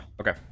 okay